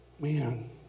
man